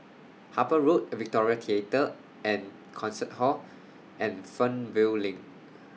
Harper Road Victoria Theatre and Concert Hall and Fernvale LINK